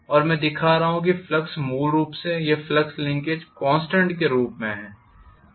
और मैं दिखा रहा हूं कि फ्लक्स मूल रूप से या फ्लक्स लिंकेज कॉन्स्टेंट के रूप में है